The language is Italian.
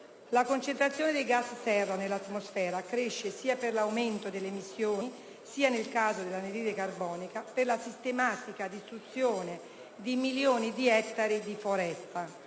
La concentrazione dei gas serra nell'atmosfera cresce sia per l'aumento delle emissioni sia, nel caso dell'anidride carbonica, per la sistematica distruzione di milioni di ettari di foresta: